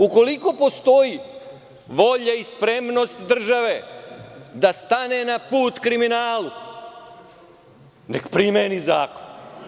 Ukoliko postoji volja i spremnost države da stane na put kriminalu, neka primeni zakon.